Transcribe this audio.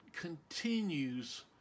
continues